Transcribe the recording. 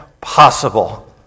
possible